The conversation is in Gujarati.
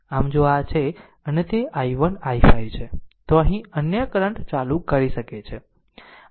આમ જો આ છે અને તે i1 i5 છે તો અહીં અન્ય કરંટ ચાલુ કરી શકે છે